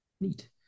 Neat